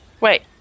Wait